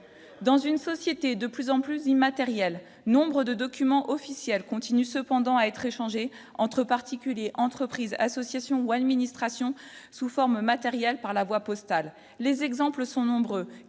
dans une société de plus en plus immatériels nombres de documents officiels continuent cependant à être échangé entre particuliers, entreprises, associations ou administration sous forme matérielle par la voie postale, les exemples sont nombreux,